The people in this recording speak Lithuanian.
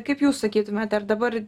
kaip jūs sakytumėt ar dabar